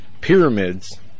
pyramids